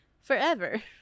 forever